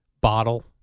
bottle